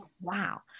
wow